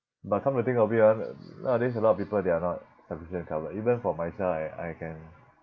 but come to think of it ah nowadays a lot of people they are not sufficiently covered even for myself I I can